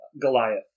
Goliath